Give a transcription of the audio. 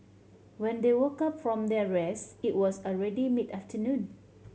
when they woke up from their rest it was already mid afternoon